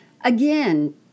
again